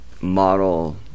model